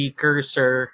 cursor